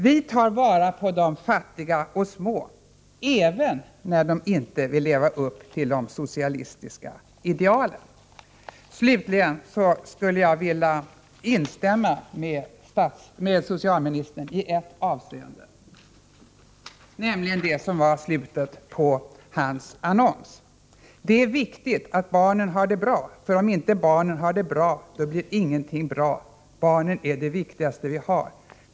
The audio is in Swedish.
Vi tar vara på de fattiga och små, även när de inte vill leva upp till de socialistiska idealen. Slutligen skulle jag vilja instämma med socialministern i ett avseende, nämligen i det som var slutet på hans annons: Det är viktigt att barnen har det bra, för om inte barnen har det bra, då blir ingenting bra. Barnen är det viktigaste vi har.